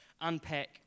unpack